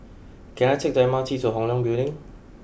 can I take the M R T to Hong Leong Building